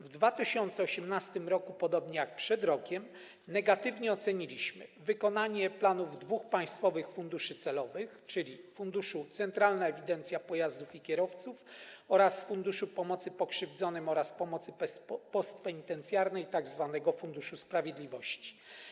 W 2018 r., podobnie jak przed rokiem, negatywnie oceniliśmy wykonanie planów dwóch państwowych funduszy celowych, czyli Funduszu - Centralna Ewidencja Pojazdów i Kierowców oraz Funduszu Pomocy Pokrzywdzonym oraz Pomocy Postpenitencjarnej, tzw. funduszu sprawiedliwości.